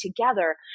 together